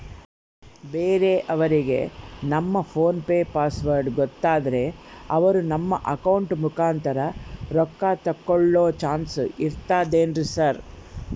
ಬೇರೆಯವರಿಗೆ ನಮ್ಮ PhonePe password ಗೊತ್ತಾದ್ರೆ ಅವರು ನಮ್ಮ ಅಕೌಂಟ್ ಮುಖಾಂತರ ರೊಕ್ಕ ತಕ್ಕೊಳ್ಳೋ ಚಾನ್ಸ್ ಇರ್ತದೆನ್ರಿ ಸರ್?